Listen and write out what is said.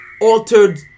altered